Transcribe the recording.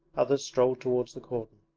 others strolled towards the cordon.